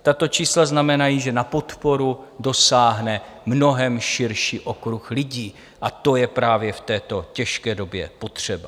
Tato čísla znamenají, že na podporu dosáhne mnohem širší okruh lidí, a to je právě v této těžké době potřeba.